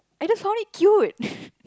I just saw it cute